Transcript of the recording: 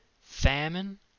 famine